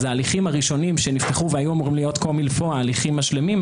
ההליכים הראשונים שנפתחו והיו אמורים להיות ההליכים השלמים,